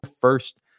first